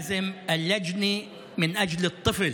צריך להיות: א-לג'נה מן אג'ד א-טפל.